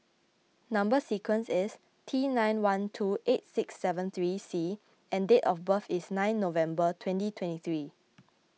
Number Sequence is T nine one two eight six seven three C and date of birth is nine November twenty twenty three